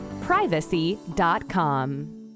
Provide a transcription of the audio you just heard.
privacy.com